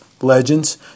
legends